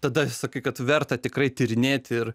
tada sakai kad verta tikrai tyrinėti ir